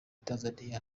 tanzania